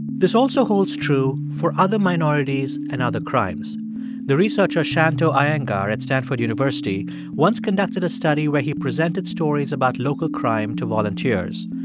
this also holds true for other minorities and other crimes the researcher shanto iyengar at stanford university once conducted a study where he presented stories about local crime to volunteers.